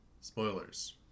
spoilers